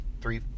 three